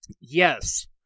Yes